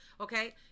okay